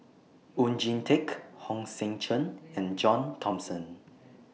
Oon Jin Teik Hong Sek Chern and John Thomson